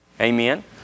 Amen